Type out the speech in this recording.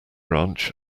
ranch